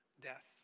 Death